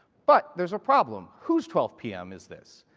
but there's a problem, whose twelve p m. is this?